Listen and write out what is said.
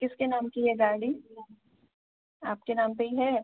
किस के नाम की है गाड़ी आपके नाम पर ही है